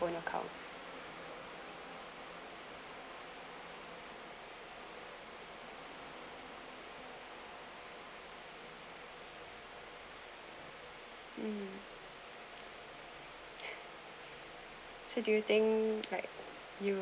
own account um so do you think like you